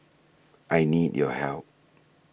I need your help